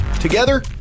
Together